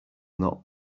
not